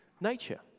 nature